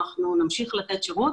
שאנחנו נמשיך לתת שירות